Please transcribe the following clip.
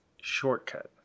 Shortcut